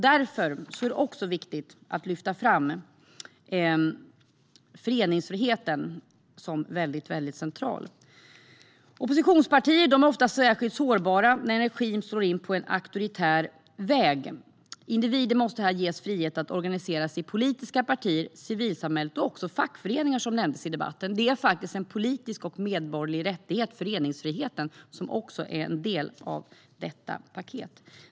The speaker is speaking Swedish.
Därför är det viktigt att lyfta fram föreningsfriheten, som är central. Oppositionspartier är ofta särskilt sårbara när en regim slår in på en auktoritär väg. Individer måste ges frihet att organisera sig i politiska partier och i civilsamhället men också i fackföreningar, så som nämndes i debatten. Föreningsfriheten, som också är en del av paketet, är faktiskt en politisk och medborgerlig rättighet.